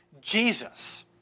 Jesus